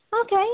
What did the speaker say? Okay